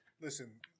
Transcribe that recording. Listen